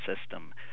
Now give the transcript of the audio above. system